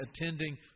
attending